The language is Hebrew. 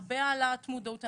הרבה העלאת מודעות.